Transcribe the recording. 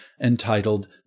entitled